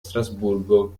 strasburgo